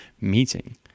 meeting